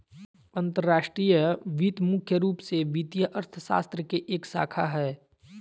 अंतर्राष्ट्रीय वित्त मुख्य रूप से वित्तीय अर्थशास्त्र के एक शाखा हय